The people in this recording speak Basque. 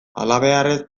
halabeharrez